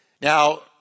Now